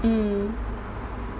mm